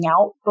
out